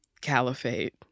Caliphate